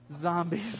zombies